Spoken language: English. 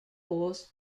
forced